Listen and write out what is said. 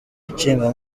nshinga